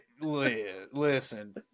listen